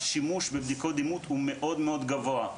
השימוש בבדיקות דימות הוא מאוד מאוד גבוה.